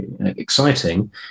exciting